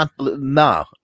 no